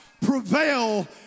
prevail